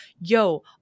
Yo